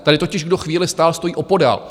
Tady totiž kdo chvíli stál, stojí opodál.